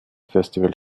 festival